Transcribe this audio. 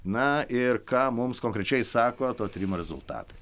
na ir ką mums konkrečiai sako to tyrimo rezultatai